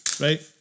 Right